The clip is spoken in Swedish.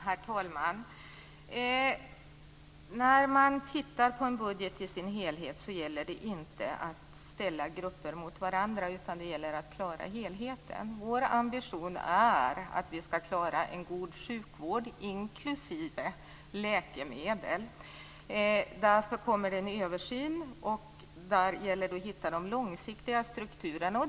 Herr talman! När man gör en budget gäller det att inte ställa grupper mot varandra, utan att klara helheten. Vår ambition är att vi skall klara en god sjukvård, inklusive läkemedel. Därför kommer en översyn, där det gäller att hitta de långsiktiga strukturerna.